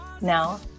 now